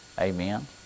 Amen